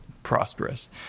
prosperous